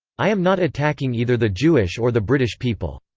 i am not attacking either the jewish or the british people.